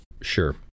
Sure